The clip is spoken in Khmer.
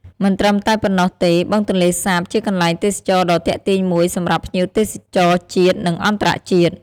មិនត្រឹមតែប៉ុណ្ណោះទេ បឹងទន្លេសាបជាកន្លែងទេសចរណ៍ដ៏ទាក់ទាញមួយសម្រាប់ភ្ញៀវទេសចរជាតិ និងអន្តរជាតិ។